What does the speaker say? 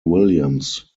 williams